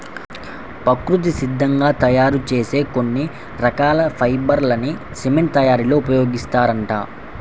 ప్రకృతి సిద్ధంగా తయ్యారు చేసే కొన్ని రకాల ఫైబర్ లని సిమెంట్ తయ్యారీలో ఉపయోగిత్తారంట